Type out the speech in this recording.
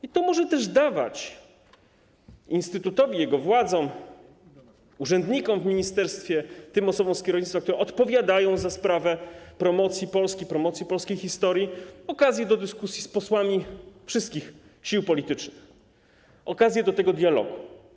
I to może też dawać instytutowi, jego władzom, urzędnikom w ministerstwie, tym osobom z kierownictwa, które odpowiadają za sprawę promocji Polski, promocji polskiej historii, okazję do dyskusji z posłami wszystkich sił politycznych, okazję do tego dialogu.